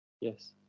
Yes